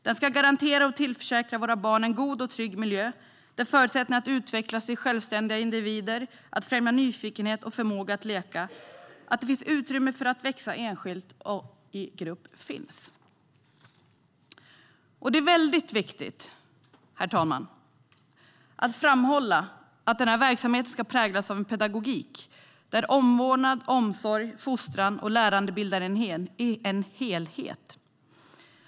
Den ska garantera våra barn en god och trygg miljö som ger förutsättningen att utvecklas till självständiga individer och som främjar nyfikenhet och förmåga att leka. Det ska finnas utrymme att växa enskilt och i grupp. Det är väldigt viktigt, herr talman, att framhålla att verksamheten ska präglas av en pedagogik där omvårdnad, omsorg, fostran och lärande bildar en helhet.